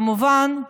כמובן,